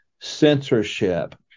censorship